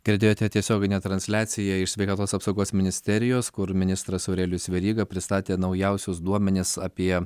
girdėjote tiesioginę transliaciją iš sveikatos apsaugos ministerijos kur ministras aurelijus veryga pristatė naujausius duomenis apie